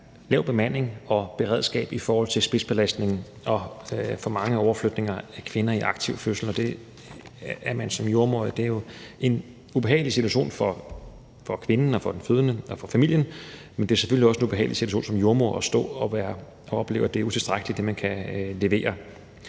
lav bemanding og lavt beredskab i forhold til spidsbelastning og for mange overflytninger af kvinder i aktiv fødsel. Det er jo en ubehagelig situation for kvinden, der føder, og for familien, men det er selvfølgelig også en ubehagelig situation som jordemoder at stå og opleve, at det, man kan levere,